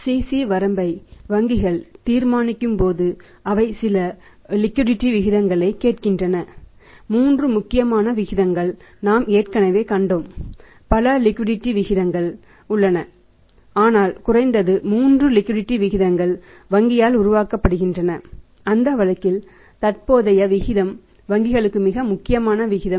CC வரம்பை வங்கிகள் தீர்மானிக்கும் போது அவை சில லிக்விடிடி விகிதங்கள் வங்கியால் உருவாக்கப்படுகின்றன அந்த வழக்கில் தற்போதைய விகிதம் வங்கிகளுக்கும் மிக முக்கியமான விகிதம்